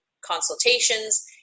consultations